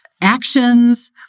actions